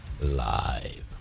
live